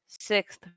sixth